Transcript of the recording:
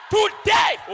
Today